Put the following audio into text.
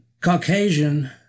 Caucasian